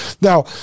Now